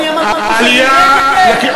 אדוני היקר,